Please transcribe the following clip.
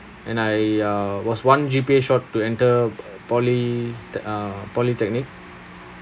and I uh was one G_P_A short to enter poly~ uh polytechnic